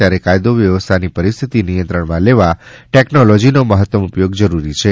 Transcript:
ત્યારે કાયદો વ્યવસ્થાની પરિસ્થિતિ નિયંત્રણમાં લેવા ટેકનોલોજીનો મહત્તમ ઉપયોગ જરૂરી છે